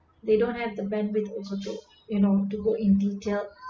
they don't have the bandwidth also you know to go in detail